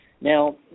Now